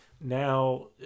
Now